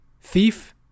thief